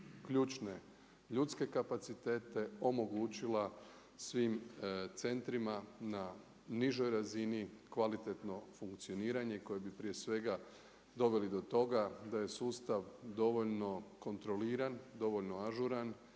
ključne ljudske kapacitete omogućila svim centrima na nižoj razini kvalitetno funkcioniranje koje bi prije svega doveli do toga da je sustav dovoljno kontroliran, dovoljno ažuran